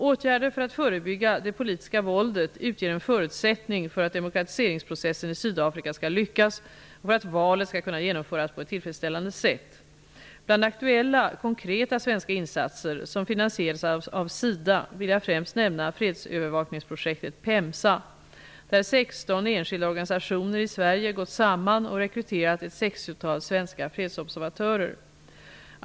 Åtgärder för att förebygga det politiska våldet utgör en förutsättning för att demokratiseringsprocessen i Sydafrika skall lyckas och för att valet skall kunna genomföras på ett tillfredsställande sätt. Bland aktuella konkreta svenska insatser, som finansieras av SIDA, vill jag främst nämna fredsövervakningsprojektet PEMSA, där 16 enskilda organisationer i Sverige gått samman och rekryterat ett sextiotal svenska fredsobservatörer.